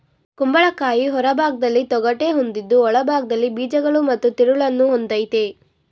ಕುಂಬಳಕಾಯಿ ಹೊರಭಾಗ್ದಲ್ಲಿ ತೊಗಟೆ ಹೊಂದಿದ್ದು ಒಳಭಾಗ್ದಲ್ಲಿ ಬೀಜಗಳು ಮತ್ತು ತಿರುಳನ್ನು ಹೊಂದಯ್ತೆ